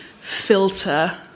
filter